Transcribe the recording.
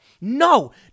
No